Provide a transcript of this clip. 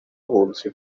abunzi